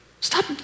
Stop